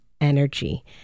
energy